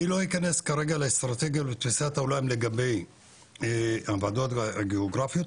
אני לא אכנס כרגע לאסטרטגיה ותפיסת העולם לגבי הוועדות הגיאוגרפיות,